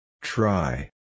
Try